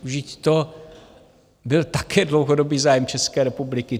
Vždyť to byl také dlouhodobý zájem České republiky.